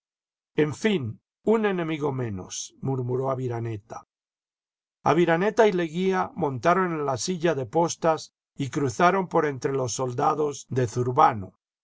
en fin un enemigo menos murmuró aviraneta aviraneta y leguía montaron en la silla de postas y cruzaron por entre los soldados de zurbano